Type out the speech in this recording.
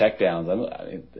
checkdowns